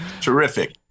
terrific